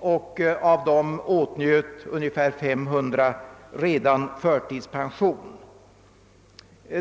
och att av dem redan ungefär 500 åtnjöt förtidspension.